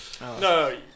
No